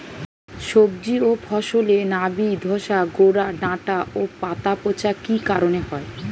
সবজি ও ফসলে নাবি ধসা গোরা ডাঁটা ও পাতা পচা কি কারণে হয়?